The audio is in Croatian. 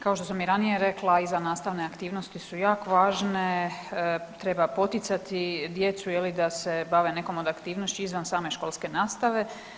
Kao što sam i ranije rekla izvannastavne aktivnosti su jako važne treba poticati djecu da se bave nekom od aktivnošću izvan same školske nastave.